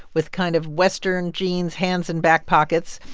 with kind of western jeans, hands in back pockets.